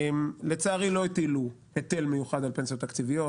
לצערי לא הטילו היטל מיוחד על פנסיות תקציביות,